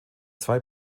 zwei